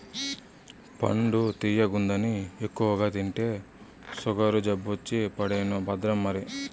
పండు తియ్యగుందని ఎక్కువగా తింటే సుగరు జబ్బొచ్చి పడేను భద్రం మరి